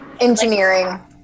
Engineering